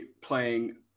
playing